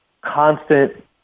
constant